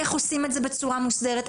איך עושים את זה בצורה מוסדרת.